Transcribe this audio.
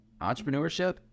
Entrepreneurship